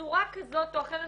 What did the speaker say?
בצורה כזאת או אחרת